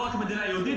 לא רק מדינה יהודית.